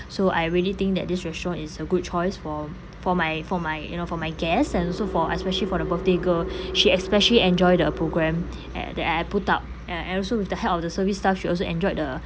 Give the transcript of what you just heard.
so I really think that this restaurant is a good choice for for my for my you know for my guest and also for especially for the birthday girl she especially enjoy the program at that I I put up and and also with the help of the service staff she also enjoyed the